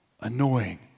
Annoying